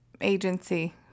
agency